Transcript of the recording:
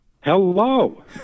Hello